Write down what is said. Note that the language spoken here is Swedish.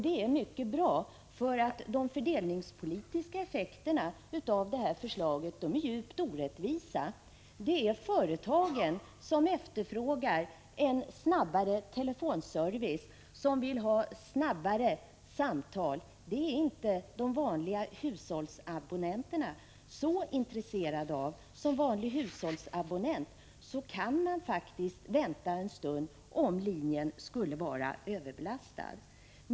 Det är mycket bra, för de fördelningspolitiska effekterna av det här förslaget är djupt orättvisa. Det är företagen som efterfrågar en snabbare telefonservice, som vill att samtalen kopplas snabbare. Detta är inte de vanliga hushållsabonnenterna så intresserade av. Som vanlig hushållsabonnent kan man faktiskt vänta en stund om linjen skulle vara överbelastad.